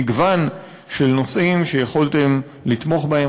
מגוון של נושאים שיכולתם לתמוך בהם.